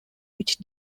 which